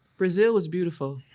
brazil was beautiful.